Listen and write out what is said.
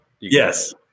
Yes